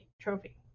trophy